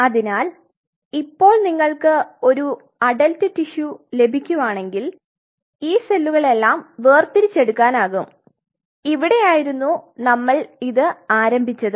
അതിനാൽ ഇപ്പോൾ നിങ്ങൾക്ക് ഒരു അഡൽറ്റ് ടിഷ്യു ലഭിക്കുവാണെങ്കിൽ ഈ സെല്ലുകളെല്ലാം വേർതിരിച്ച് എടുക്കാനാകും ഇവിടെയാരുന്നു നമ്മൾ ഇത് ആരംഭിച്ചത്